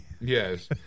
Yes